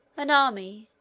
an army,